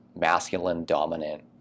masculine-dominant